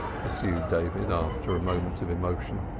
pursued david after a moment of emotion.